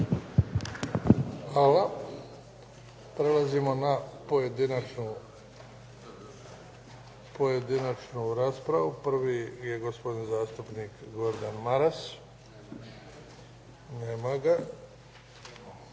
Hvala. Prelazimo na pojedinačnu raspravu. Prvi je gospodin zastupnik Gordan Maras. Nema ga.